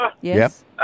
Yes